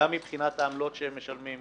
גם מבחינת העמלות שהם משלמים,